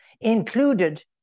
included